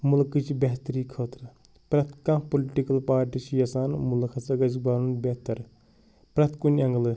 مُلکٕچ بہتری خٲطرٕ پرٛیٚتھ کانٛہہ پُلٹِکٕل پارٹی چھِ یَژھان مُلک ہَسا گَژھہِ بَنُن بہتر پرٛیٚتھ کُنہِ ایٚنٛگلہٕ